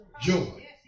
joy